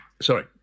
Sorry